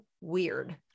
weird